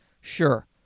Sure